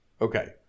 Okay